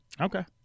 Okay